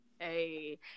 Hey